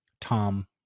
Tom